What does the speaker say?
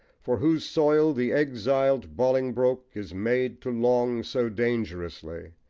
for whose soil the exiled bolingbroke is made to long so dangerously,